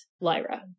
lyra